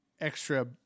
extra